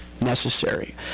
necessary